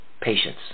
patience